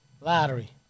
lottery